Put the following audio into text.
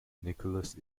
nicolas